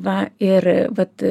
va ir vat